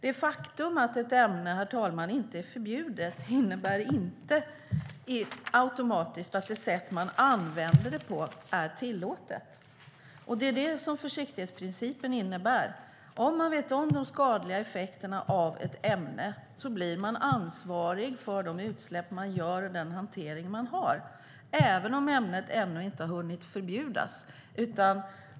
Det faktum att ett ämne inte är förbjudet, herr talman, innebär inte automatiskt att det sätt man använder det på är tillåtet. Det är det försiktighetsprincipen innebär: Vet man om de skadliga effekterna av ett ämne blir man ansvarig för de utsläpp man gör och den hantering man har, även om ämnet ännu inte har hunnit förbjudas.